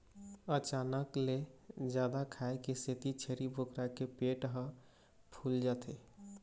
अचानक ले जादा खाए के सेती छेरी बोकरा के पेट ह फूल जाथे